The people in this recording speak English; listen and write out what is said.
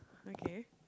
okay